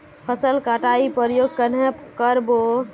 फसल कटाई प्रयोग कन्हे कर बो?